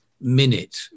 minute